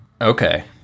okay